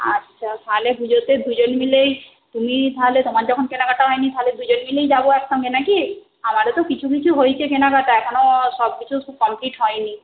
আচ্ছা তাহলে পুজোতে দুজন মিলেই তুমি তাহলে তোমার যখন কেনাকাটা হয়নি তাহলে দুজন মিলেই যাব একসঙ্গে নাকি আমারও তো কিছু কিছু হয়েছে কেনাকাটা এখনও সবকিছু কমপ্লিট হয়নি